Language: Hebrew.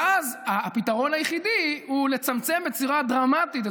ואז הפתרון היחידי הוא לצמצם בצורה דרמטית את